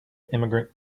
immigrant